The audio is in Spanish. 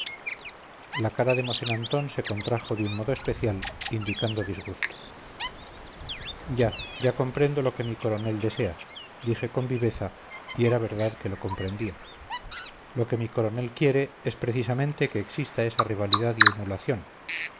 la cara de mosén antón se contrajo de un modo especial indicando disgusto ya ya comprendo lo que mi coronel desea dije con viveza y era verdad que lo comprendía lo que mi coronel quiere es precisamente que exista esa rivalidad y emulación